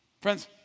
Friends